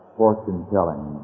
fortune-telling